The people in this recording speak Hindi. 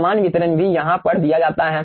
सामान्य वितरण भी यहाँ पर दिया जाता है